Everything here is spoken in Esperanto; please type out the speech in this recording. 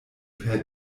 per